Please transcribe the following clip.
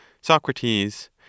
Socrates